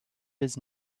his